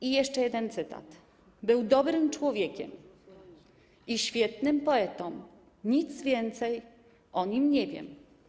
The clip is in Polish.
I jeszcze jeden cytat: Był dobrym człowiekiem i świetnym poetą, nic więcej o nim nie wiem.